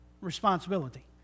responsibility